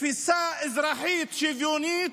תפיסה אזרחית שוויונית,